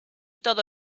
todo